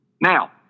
Now